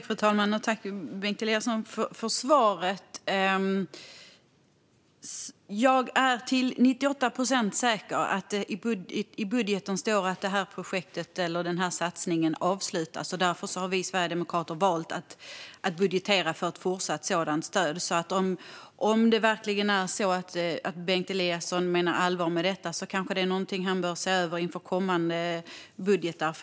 Fru talman! Tack, Bengt Eliasson, för svaret! Jag är till 98 procent säker på att det i budgeten står att den här satsningen avslutas. Därför har vi sverigedemokrater valt att budgetera för ett fortsatt sådant stöd. Om det verkligen är så att Bengt Eliasson menar allvar med detta kanske det är någonting han bör se över inför kommande budgetar.